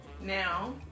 Now